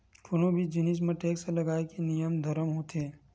कोनो भी जिनिस म टेक्स लगाए के नियम धरम होथे